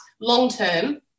long-term